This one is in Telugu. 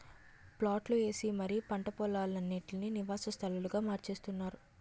ప్లాట్లు ఏసి మరీ పంట పోలాలన్నిటీనీ నివాస స్థలాలుగా మార్చేత్తున్నారు